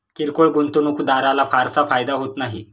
किरकोळ गुंतवणूकदाराला फारसा फायदा होत नाही